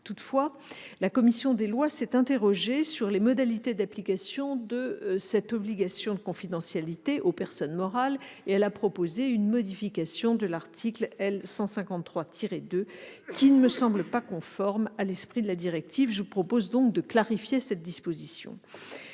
Toutefois, la commission des lois s'est interrogée sur les modalités de l'application de cette obligation de confidentialité aux personnes morales et elle a proposé une modification de l'article L.153-2 qui ne me semble pas conforme à l'esprit de la directive. Je propose donc de clarifier cette disposition.